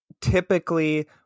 typically